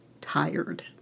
tired